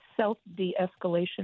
self-de-escalation